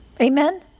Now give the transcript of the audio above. Amen